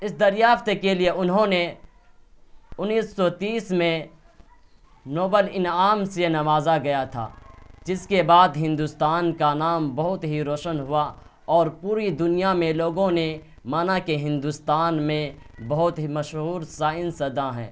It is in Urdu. اس دریافت کے لیے انہوں نے انیس سو تیس میں نوبل انعام سے نوازا گیا تھا جس کے بعد ہندوستان کا نام بہت ہی روشن ہوا اور پوری دنیا میں لوگوں نے مانا کہ ہندوستان میں بہت ہی مشہور سائنس داں ہیں